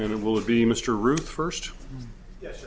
and it will be mr ruef first yes